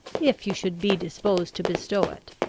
if you should be disposed to bestow it.